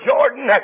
Jordan